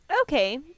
Okay